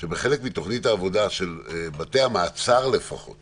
שבחלק מתוכנית העבודה של בתי המעצר לפחות